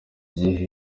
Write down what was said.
gice